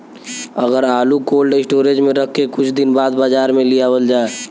अगर आलू cold storage में रख के कुछ दिन बाद बाजार में लियावल जा?